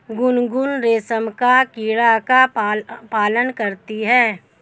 गुनगुन रेशम का कीड़ा का पालन करती है